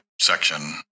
section